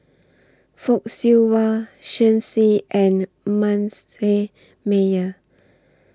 Fock Siew Wah Shen Xi and Manasseh Meyer